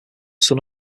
son